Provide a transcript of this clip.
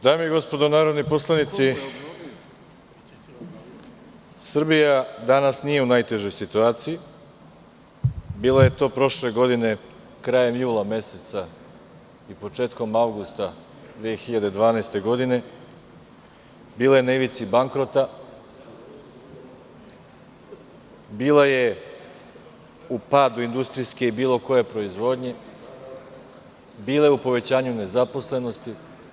Dame i gospodo narodni poslanici, Srbija danas nije u najtežoj situaciji, bila je to prošle godine krajem jula meseca i početkom avgusta 2012. godine, bila je na ivici bankrota, bila je u padu industrijske i bilo koje proizvodnje, bila je u povećanju nezaposlenosti.